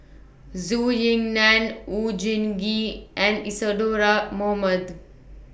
Zhou Ying NAN Oon Jin Gee and Isadhora Mohamed